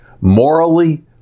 morally